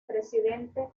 presidente